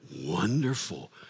Wonderful